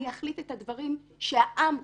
אני אחליט את הדברים שהעם רוצה.